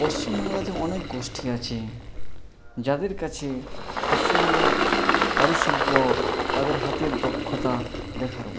পশ্চিমবাংলাতে অনেক গোষ্ঠী আছে যাদের কাছে পশ্চিমবাংলার কারুশিল্প তাদের হাতের দক্ষতা দেখার মতন